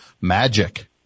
magic